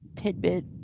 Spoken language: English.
tidbit